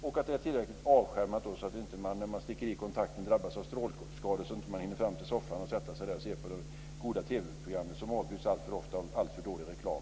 Den ska också vara tillräckligt avskärmad, så att man inte när man sticker in kontakten drabbas av strålskador innan man hinner fram till soffan för att se på de goda TV-programmen, som alltför ofta avbryts av alltför dålig reklam.